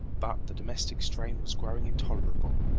but the domestic strain was growing intolerable,